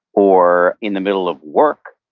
or in the middle of work,